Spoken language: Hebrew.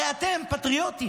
הרי אתם פטריוטים,